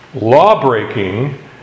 lawbreaking